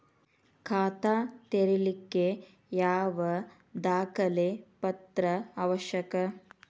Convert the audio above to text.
ಖಾತಾ ತೆರಿಲಿಕ್ಕೆ ಯಾವ ದಾಖಲೆ ಪತ್ರ ಅವಶ್ಯಕ?